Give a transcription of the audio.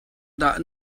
dah